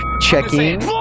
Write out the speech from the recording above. checking